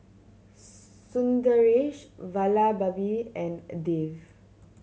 Sundaresh Vallabhbhai and Dev